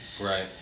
Right